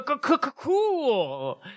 cool